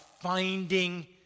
finding